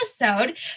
episode